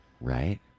Right